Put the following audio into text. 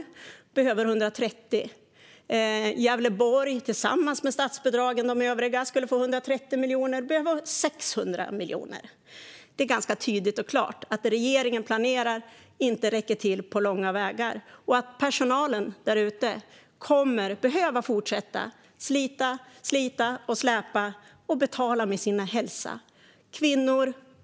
De behöver 130 miljoner. Gävleborg skulle tillsammans med övriga statsbidrag få 130 miljoner, medan man behöver 600 miljoner. Det är ganska tydligt och klart att det som regeringen planerar inte på långa vägar räcker till och att personalen där ute kommer att behöva fortsätta att slita och släpa och betala med sin hälsa.